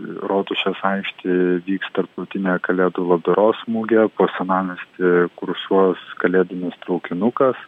rotušės aikštėj vyks tarptautinė kalėdų labdaros mugė po senamiestį kursuos kalėdinis traukinukas